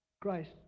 Christ